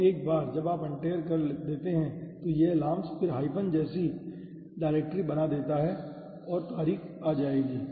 तो एक बार जब आप untar कर देते हैं तो यह LAMMPS फिर हाइफ़न जैसी डायरेक्टरी बना देगा और तारीख आ जाएगी